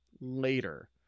later